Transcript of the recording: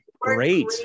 great